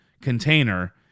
container